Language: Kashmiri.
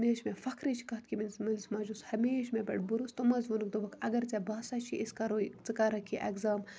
یہِ حظ چھِ مےٚ فَخرٕچ کَتھ کہِ میٲنِس مٲلِس ماجہِ اوس مےٚ پیٹھ ہَمیشہ بَروس تِمو حظ ووٚن دوٚپُکھ اگر ژےٚ باسان چھُی أسۍ کَروے ژٕ کَرَکھ یہِ ایٚگزام